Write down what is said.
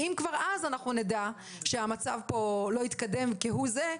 אם כבר אז אנחנו נדע שהמצב פה לא התקדם כהוא זה,